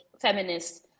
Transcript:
feminists